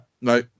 No